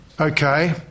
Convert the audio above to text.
Okay